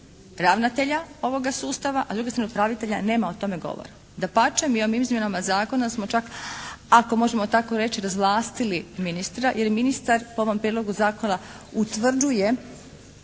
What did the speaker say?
ravnatelja ovoga sustava, a s druge strane upravitelja nema o tome govora. Dapače, mi o izmjenama zakona smo čak, ako tako možemo reći razvlastili ministra jer je ministar po ovom prijedlogu zakona utvrđuje